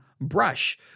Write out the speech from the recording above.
brush